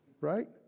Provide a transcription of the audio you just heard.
right